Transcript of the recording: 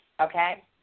Okay